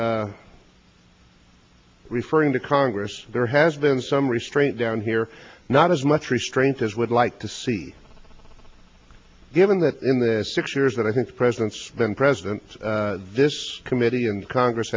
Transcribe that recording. referring to congress there has been some restraint down here not as much restraint as would like to see given that in the six years that i think the president's been president this committee in congress